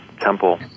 temple